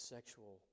Sexual